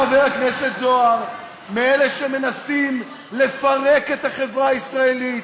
מאלה שמנסים לפרק את החברה הישראלית,